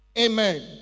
Amen